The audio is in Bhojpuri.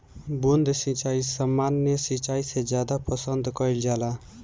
बूंद सिंचाई सामान्य सिंचाई से ज्यादा पसंद कईल जाला